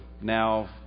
Now